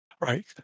Right